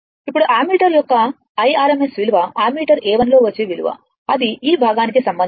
ఇప్పుడు అమ్మీటర్ యొక్క IRMS విలువ అమ్మీటర్ A 1 లో వచ్చే విలువ అది ఈ భాగానికి సంబంధించినది